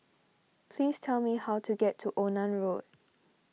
please tell me how to get to Onan Road